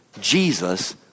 Jesus